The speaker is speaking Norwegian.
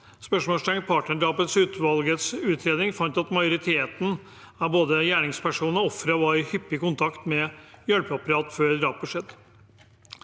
Varslede drap? – Partnerdrapsutvalgets utredning, viser at majoriteten av både gjerningspersoner og ofre var i hyppig kontakt med hjelpeapparatet før drapet skjedde.